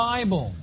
Bible